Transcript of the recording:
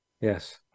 yes